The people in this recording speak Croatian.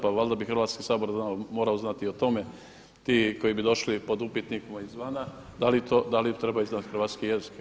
Pa valjda bi Hrvatski sabor morao znati o tome ti koji bi došli pod upitnikom izvana, da li trebaju znati hrvatski jezik.